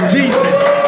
Jesus